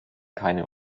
keine